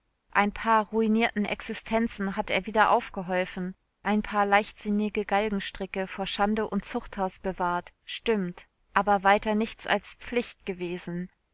ein paar ruinierten existenzen hat er wieder aufgeholfen ein paar leichtsinnige galgenstricke vor schande und zuchthaus bewahrt stimmt aber weiter nichts als pflicht gewesen